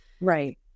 Right